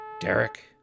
Derek